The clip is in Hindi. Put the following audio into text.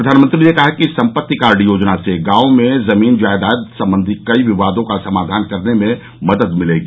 प्रधानमंत्री ने कहा कि सम्पत्ति कार्ड योजना से गांवों में जमीन जायदाद संबंधी कई विवादों का समाधान करने में मदद मिलेगी